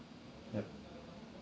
yup